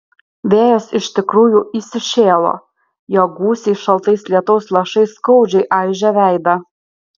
vėjas iš tikrųjų įsišėlo jo gūsiai šaltais lietaus lašais skaudžiai aižė veidą